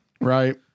Right